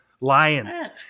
lions